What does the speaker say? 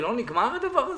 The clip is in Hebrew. נגמר.